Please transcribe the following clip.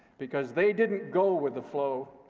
because they didn't go with the flow,